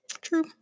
True